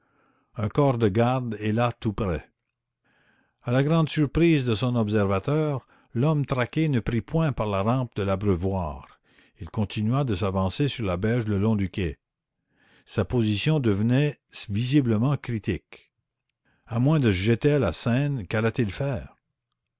un corps de garde est là tout près à la grande surprise de son observateur l'homme traqué ne prit point par la rampe de l'abreuvoir il continua de s'avancer sur la berge le long du quai sa position devenait visiblement critique à moins de se jeter à la seine qu'allait-il faire